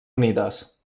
unides